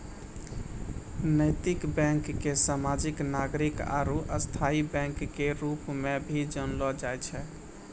नैतिक बैंक के सामाजिक नागरिक आरू स्थायी बैंक के रूप मे भी जानलो जाय छै